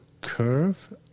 Curve